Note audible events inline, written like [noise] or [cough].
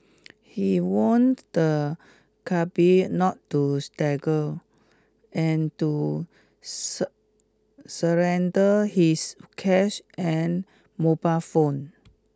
he warned the cabby not to struggle and to [unintelligible] surrender his cash and mobile phone